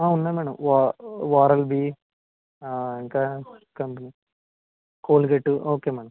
ఉన్నాయి మేడం ఓ Oral B ఇంకా కోల్గేట్ ఓకే మేడం